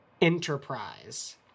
enterprise